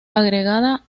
agregada